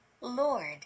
Lord